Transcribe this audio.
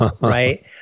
Right